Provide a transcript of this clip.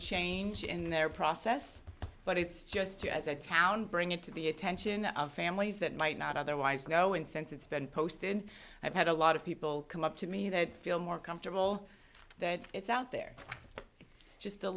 change in their process but it's just a as i town bring it to the attention of families that might not otherwise know incense it's been posted i've had a lot of people come up to me that feel more comfortable that it's out there